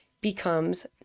becomes